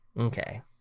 Okay